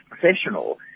professional